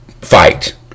fight